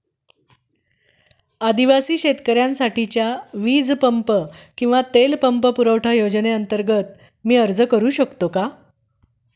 आदिवासी शेतकऱ्यांसाठीच्या वीज पंप किंवा तेल पंप पुरवठा योजनेअंतर्गत मी अर्ज करू शकतो का?